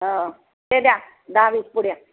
हो ते द्या दहा वीस पुड्या